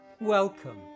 Welcome